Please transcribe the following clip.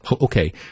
Okay